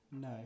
No